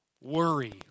worry